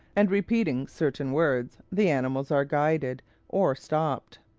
and repeating certain words, the animals are guided or stopped.